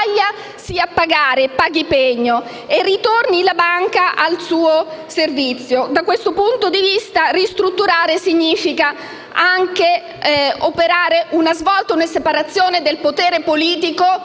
quindi, paghi pegno e la banca ritorni al suo servizio. Da questo punto di vista ristrutturare significa anche operare una svolta, con una separazione del potere politico